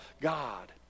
God